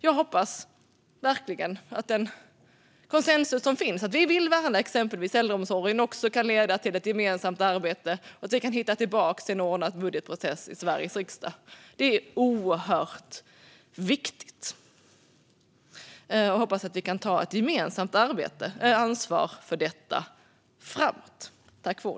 Jag hoppas verkligen att den konsensus som finns om att vi vill värna exempelvis äldreomsorgen kan leda till ett gemensamt arbete och att vi kan hitta tillbaka till en ordnad budgetprocess i Sveriges riksdag. Det är oerhört viktigt. Jag hoppas att vi kan ta ett gemensamt ansvar för detta framöver.